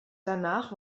danach